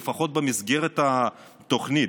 לפחות במסגרת התוכנית.